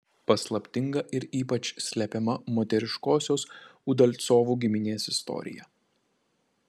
paslaptinga ir ypač slepiama moteriškosios udalcovų giminės istorija